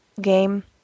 game